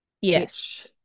Yes